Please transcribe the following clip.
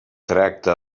tracta